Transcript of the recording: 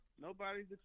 nobody's